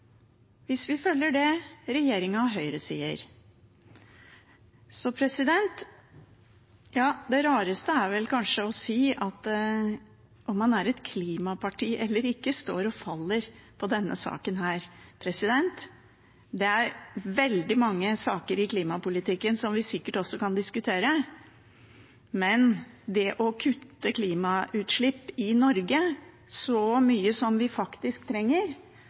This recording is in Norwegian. hvis vi følger det regjeringen og Høyre sier. Det rareste er vel kanskje å si at om man er et klimaparti eller ikke, står og faller på denne saken. Det er veldig mange saker i klimapolitikken som vi sikkert også kan diskutere, men det å kutte klimagassutslipp i Norge så mye som vi faktisk trenger,